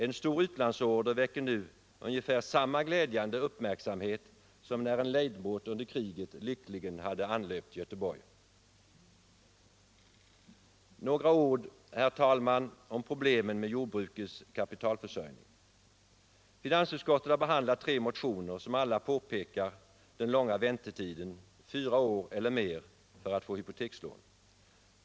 En stor utlandsorder väcker nu ungefär samma glädjande uppmärksamhet som när en lejdbåt under kriget lyckligen anlöpt Göteborg. Några ord så, herr talman, om problemen med jordbrukets kapitalförsörjning. Finansutskottet har behandlat tre motioner som alla pekar på den långa väntetiden, fyra år eller mer, för att få hypotekslån.